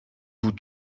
vous